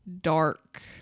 dark